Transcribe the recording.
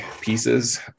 pieces